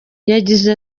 yagize